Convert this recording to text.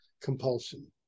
compulsion